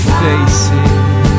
faces